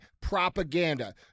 propaganda